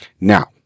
Now